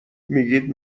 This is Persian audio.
میگید